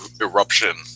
eruption